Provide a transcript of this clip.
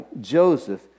Joseph